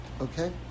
Okay